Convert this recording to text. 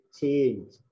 change